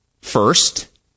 first